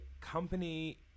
company